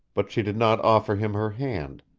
but she did not offer him her hand,